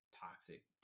toxic